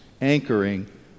anchoring